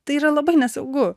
tai yra labai nesaugu